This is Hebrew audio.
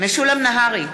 משולם נהרי,